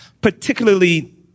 particularly